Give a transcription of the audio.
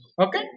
Okay